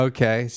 Okay